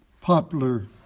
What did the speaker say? popular